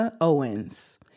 Owens